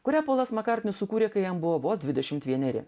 kurią polas makartnis sukūrė kai jam buvo vos dvidešimt vieneri